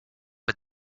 but